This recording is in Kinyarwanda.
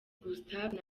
gustave